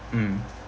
mm